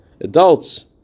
adults